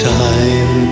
time